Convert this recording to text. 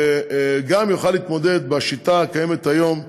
וגם יוכל להתמודד בשיטה הקיימת היום,